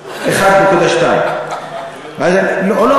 1.2. 1.2. לא,